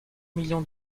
millions